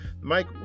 Mike